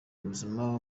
ubuzima